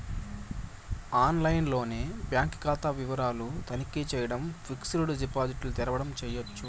ఆన్లైన్లోనే బాంకీ కాతా వివరాలు తనఖీ చేయడం, ఫిక్సిడ్ డిపాజిట్ల తెరవడం చేయచ్చు